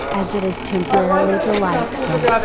as it is temporarily delightful.